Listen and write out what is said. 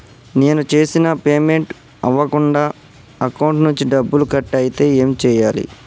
నేను చేసిన పేమెంట్ అవ్వకుండా అకౌంట్ నుంచి డబ్బులు కట్ అయితే ఏం చేయాలి?